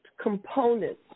components